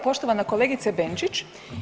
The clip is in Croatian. Poštovana kolegice Benčić.